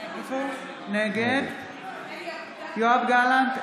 נגד יואב גלנט,